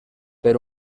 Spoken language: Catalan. per